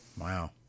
wow